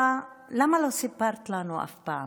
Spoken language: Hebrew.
למה לא סיפרת לנו אף פעם?